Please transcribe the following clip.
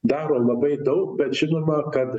daro labai daug bet žinoma kad